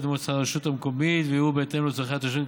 ידי מועצת הרשות המקומית ויהיו בהתאם לצורכי התושבים.